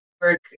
work